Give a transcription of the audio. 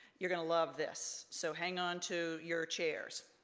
you're gonna love this. so hang onto your chairs.